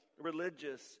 religious